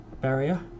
barrier